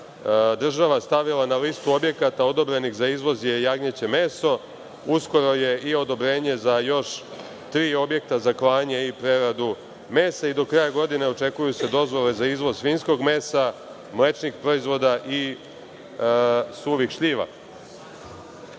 država stavila na listu objekata odobrenih za izvoz je jagnjeće meso, uskoro će i odobrenje za još tri objekta za klanje i preradu mesa, i do kraja godine očekuje se dozvola za izvoz svinjskog mesa, mlečnih proizvoda i suvih